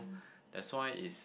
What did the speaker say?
that's why it's